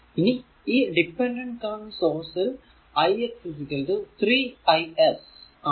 ഇനി ഈ dependent current source ൽ i x 3 i s ആണ്